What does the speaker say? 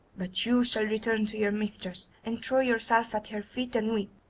but you shall return to your mistress, and throw yourself at her feet and weep,